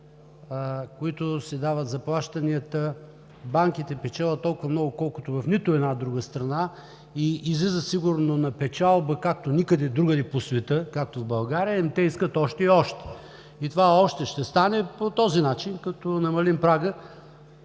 които се дават за плащанията, банките печелят толкова много, колкото в нито една друга страна и излиза сигурно на печалба, както никъде другаде по света, както в България, но те искат още и още. И това още ще стане по този начин – като намалим прага